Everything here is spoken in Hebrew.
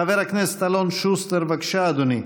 חבר הכנסת אלון שוסטר, בבקשה, אדוני.